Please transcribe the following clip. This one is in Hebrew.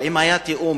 אבל אם היה תיאום,